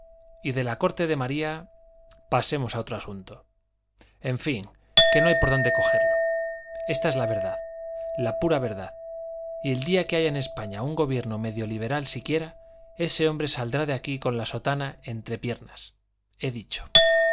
y de la corte de maría pasemos a otro asunto en fin que no hay por dónde cogerlo esta es la verdad la pura verdad y el día que haya en españa un gobierno medio liberal siquiera ese hombre saldrá de aquí con la sotana entre piernas he dicho